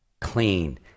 clean